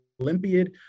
Olympiad